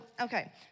okay